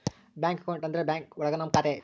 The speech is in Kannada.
ಬ್ಯಾಂಕ್ ಅಕೌಂಟ್ ಅಂದ್ರೆ ಬ್ಯಾಂಕ್ ಒಳಗ ನಮ್ ಖಾತೆ